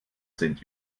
sind